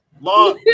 Law